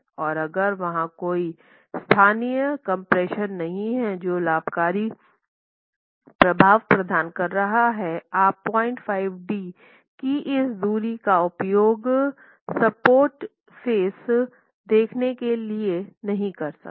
और अगर वहाँ कोई स्थानीय कम्प्रेशन नहीं है जो लाभकारी प्रभाव प्रदान कर रहा है आप 05 d की इस दूरी का उपयोग सपोर्ट फेस देखने के लिए नहीं सकते